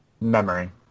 memory